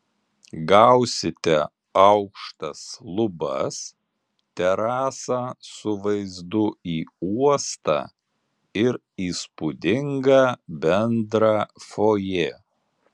gausite aukštas lubas terasą su vaizdu į uostą ir įspūdingą bendrą fojė